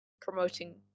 promoting